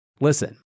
Listen